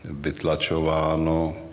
vytlačováno